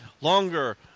longer